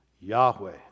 Yahweh